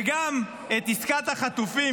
וגם את עסקת החטופים,